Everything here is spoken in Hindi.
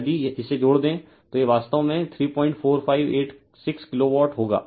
यदि इसे जोड़ दें तो यह वास्तव में 34586 किलो वाट होगा